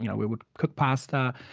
you know we would cook pasta,